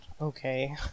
Okay